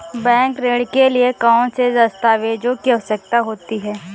Bank ऋण के लिए कौन से दस्तावेजों की आवश्यकता है?